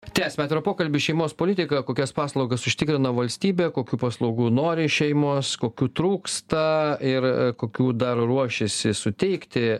tęsiame atvirą pokalbį šeimos politika kokias paslaugas užtikrina valstybė kokių paslaugų nori šeimos kokių trūksta ir kokių dar ruošiasi suteikti